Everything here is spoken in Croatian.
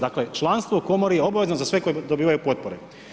Dakle članstvo u komori je obavezno za sve koji dobivaju potpore.